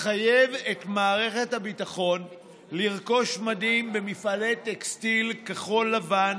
לחייב את מערכת הביטחון לרכוש מדים במפעלי טקסטיל כחול-לבן